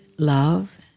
Love